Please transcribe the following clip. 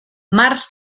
març